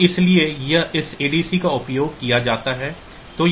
तो इसीलिए इस ADC का उपयोग किया जाता है